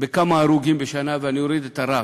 כמה הרוגים בשנה, ואני אוריד את הרף.